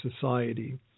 society